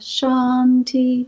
Shanti